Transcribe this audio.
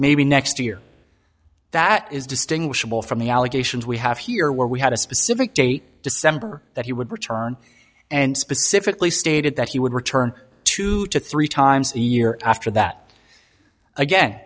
maybe next year that is distinguishable from the allegations we have here where we had a specific date december that he would return and specifically stated that he would return to to three times a year after that